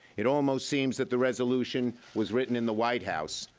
it almost seems that the resolution was written in the white house,